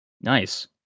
Nice